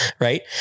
right